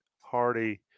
Hardy